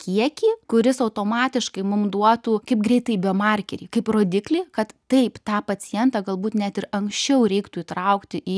kiekį kuris automatiškai mum duotų kaip greitąjį biomarkerį kaip rodiklį kad taip tą pacientą galbūt net ir anksčiau reiktų įtraukti į